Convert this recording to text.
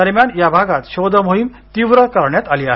दरम्यान या भागात शोध मोहीम तीव्र करण्यात आली आहे